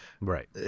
Right